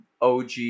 OG